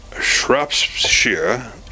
Shropshire